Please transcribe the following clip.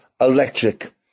electric